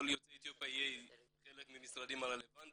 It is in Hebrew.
כל יוצא אתיופיה יהיה חלק מהמשרדים הרלבנטיים,